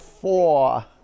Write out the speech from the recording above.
Four